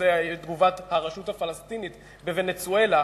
בנושא תגובת הרשות הפלסטינית בוונצואלה,